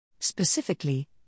Specifically